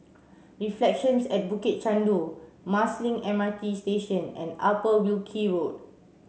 Reflections at Bukit Chandu Marsiling M R T Station and Upper Wilkie Road